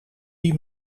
die